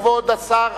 כבוד השר,